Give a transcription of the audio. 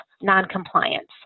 noncompliance